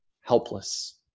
helpless